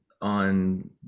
on